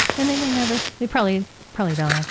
and, they may never, they probably probably don't actually.